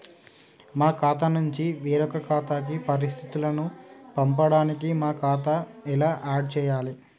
మా ఖాతా నుంచి వేరొక ఖాతాకు పరిస్థితులను పంపడానికి మా ఖాతా ఎలా ఆడ్ చేయాలి?